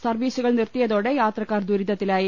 സർവീസുകൾ നിർത്തിയതോടെ യാത്രക്കാർ ദുരി തത്തിലായി